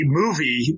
movie